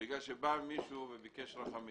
בגלל שבא מישהו וביקש רחמים